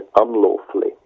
unlawfully